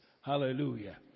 Hallelujah